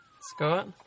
Scott